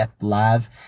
live